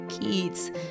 kids